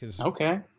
Okay